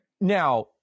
Now